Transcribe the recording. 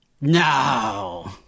No